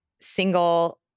single